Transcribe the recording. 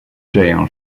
jail